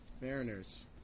Mariners